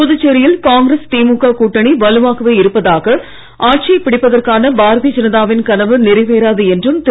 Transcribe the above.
புதுச்சேரியில் காங்கிரஸ் திமுக கூட்டணி வலுவாகவே இருப்பதாகவும் ஆட்சியை பிடிப்பதற்கான பாரதீய கனவு நிறைவேறாது என்றும் திரு